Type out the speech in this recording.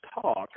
talk